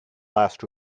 last